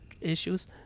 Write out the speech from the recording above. issues